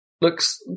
looks